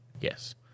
Yes